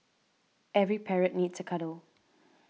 every parrot needs a cuddle